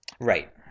Right